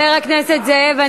חבר הכנסת זאב.